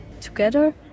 together